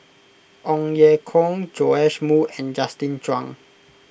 Ong Ye Kung Joash Moo and Justin Zhuang